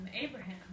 Abraham